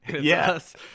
Yes